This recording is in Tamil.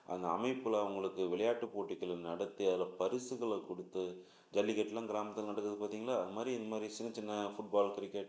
அந்த அமைப்பில் அவங்களுக்கு விளையாட்டு போட்டிகளை நடத்தி அதில் பரிசுகளை கொடுத்து ஜல்லிக்கட்டுலாம் கிராமத்தில் நடக்குது பார்த்தீங்களா அந்த மாதிரி இந்த மாதிரி சின்ன சின்ன ஃபுட் பால் கிரிக்கெட்